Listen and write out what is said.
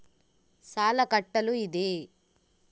ಸಾಲ ಕಟ್ಟಲು ಇದೆ